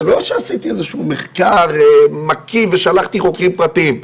זה לא שעשיתי איזה שהוא מחקר מקיף ושלחתי חוקרים פרטיים.